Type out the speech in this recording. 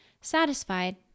Satisfied